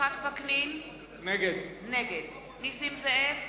יצחק וקנין, נגד נסים זאב,